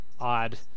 odd